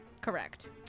Correct